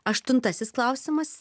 aštuntasis klausimas